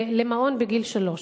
למעון בגיל שלוש.